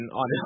on